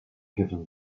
given